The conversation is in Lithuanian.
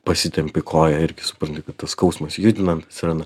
pasitempi koją irgi supranti kad tas skausmas judinant atsirana